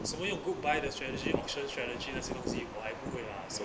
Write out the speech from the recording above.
什么用 group buy 的 strategy auction strategy 那些东西我还不会 lah so